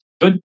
good